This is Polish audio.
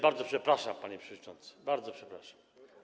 Bardzo przepraszam, panie przewodniczący, bardzo przepraszam.